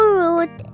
rude